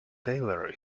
tailor